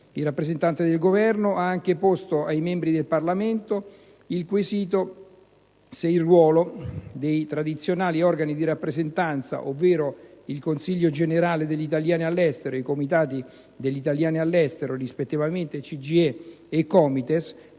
Il rappresentante del Governo ha anche posto ai membri del Parlamento il quesito se il ruolo dei tradizionali organi di rappresentanza, ovvero il Consiglio generale degli italiani all'estero e i Comitati degli italiani all'estero (rispettivamente CGIE e Comites),